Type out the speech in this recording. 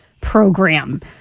Program